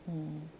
mm